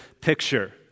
picture